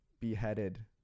beheaded